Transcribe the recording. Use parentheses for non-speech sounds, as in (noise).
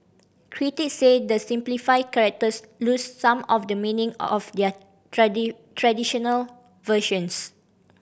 critic say the simplified characters lose some of the meaning of the (unintelligible) traditional versions